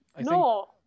No